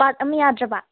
ꯄꯥꯠ ꯑꯃ ꯌꯥꯗ꯭ꯔꯕ